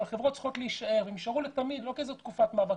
אבל החברות צריכות להישאר לתמיד ולא לתקופת מעבר,